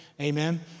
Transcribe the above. Amen